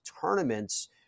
tournaments